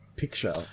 Picture